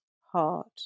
heart